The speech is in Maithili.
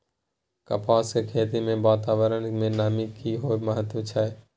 कपास के खेती मे वातावरण में नमी के की महत्व छै?